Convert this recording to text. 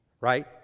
right